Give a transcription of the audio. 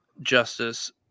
Justice